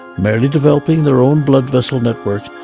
merrily developing their own blood vessel network,